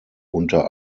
unter